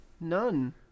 None